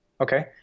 Okay